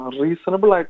reasonable